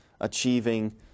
achieving